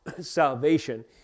salvation